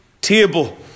table